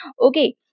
Okay